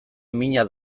mina